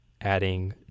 adding